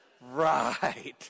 Right